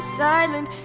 silent